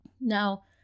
Now